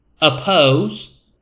oppose